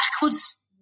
backwards